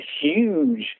huge